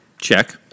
Check